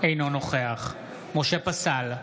אינו נוכח משה פסל,